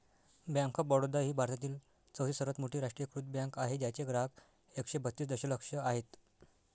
bank of Baroda ही भारतातील चौथी सर्वात मोठी राष्ट्रीयीकृत बँक आहे ज्याचे ग्राहक एकशे बत्तीस दशलक्ष आहेत